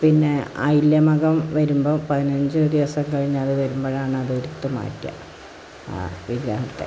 പിന്നെ ആയില്ല്യ മകം വരുമ്പം പതിനഞ്ച് ദിവസം കഴിഞ്ഞ് അത് വരുമ്പോഴാണ് അത് എടുത്ത് മാറ്റുക ആ പിന്നെ അടുത്തത്